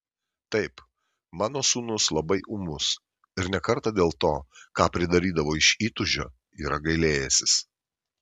taip mano sūnus labai ūmus ir ne kartą dėl to ką pridarydavo iš įtūžio yra gailėjęsis